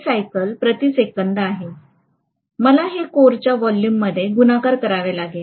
हे सायकल प्रति सेकंद आहे मला हे कोरच्या व्हॉल्यूमने गुणाकार करावे लागेल